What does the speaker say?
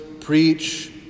preach